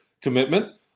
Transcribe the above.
commitment